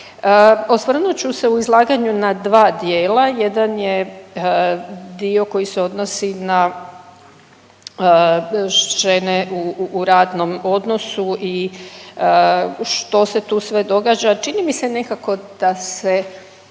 Osvrnut ću se u izlaganju na dva dijela, jedan je dio koji se odnosi na žene u radnom odnosu i što se tu sve događa. Čini mi se nekako da se